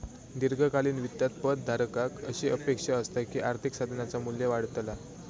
दीर्घकालीन वित्तात पद धारकाक अशी अपेक्षा असता की आर्थिक साधनाचा मू्ल्य वाढतला